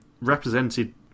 represented